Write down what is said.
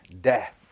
death